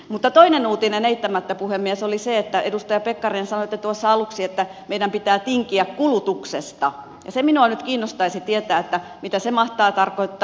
mutta toinen uutinen eittämättä puhemies oli se että edustaja pekkarinen sanoitte tuossa aluksi että meidän pitää tinkiä kulutuksesta ja se minua nyt kiinnostaisi tietää että mitä se mahtaa tarkoittaa